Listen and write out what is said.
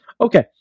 Okay